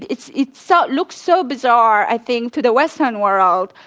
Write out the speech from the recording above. it's it's so looks so bizarre i think to the western world,